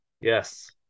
Yes